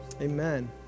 amen